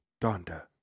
donda